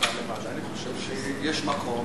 חושב שיש מקום